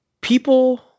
people